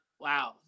Wow